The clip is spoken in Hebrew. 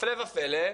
הפלא ופלא,